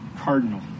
cardinal